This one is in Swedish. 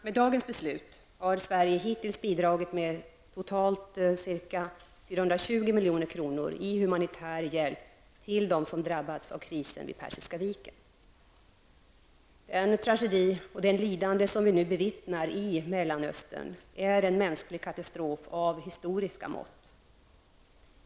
Med dagens beslut har Sverige hittills bidragit med totalt ca 420 milj.kr. i humanitär hjälp till dem som drabbats av krisen vid Persiska viken. Den tragedi och det lidande vi nu bevittnar i Mellanöstern är en mänsklig katastrof av historiska mått.